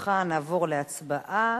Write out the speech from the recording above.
למקומך נעבור להצבעה.